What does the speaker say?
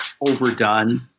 overdone